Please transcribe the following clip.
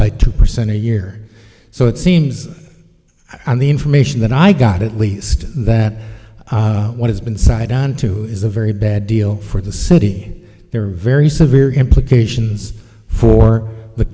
by two percent a year so it seems the information that i got at least that one has been side on to is a very bad deal for the city there are very severe implications for the